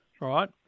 Right